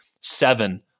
seven